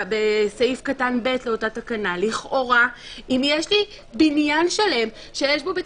בסעיף קטן (ב) באותה תקנה אם יש לי בניין שלם שיש בו בית